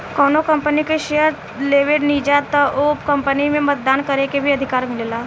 कौनो कंपनी के शेयर लेबेनिजा त ओ कंपनी में मतदान करे के भी अधिकार मिलेला